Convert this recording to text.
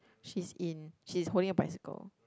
she's in she's holding a bicycle